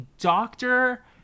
doctor